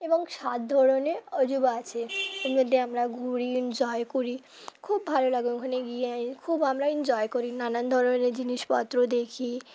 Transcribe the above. এবং সাত ধরনের অজুবা আছে এর মধ্যে আমরা ঘুরি এনজয় করি খুব ভালো লাগে ওখানে গিয়ে খুব আমরা এনজয় করি নানান ধরনের জিনিসপত্র দেখি